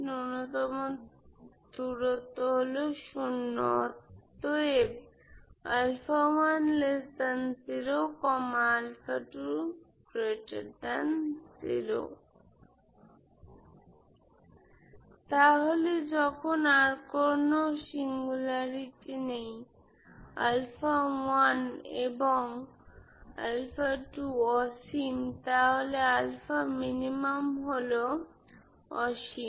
নূন্যতম দূরত্ব হল 0 অতএব α10 α20 তাহলে যখন আর কোনো সিঙ্গুলারিটি নেই এবং অসীম তাহলে αmin হল অসীম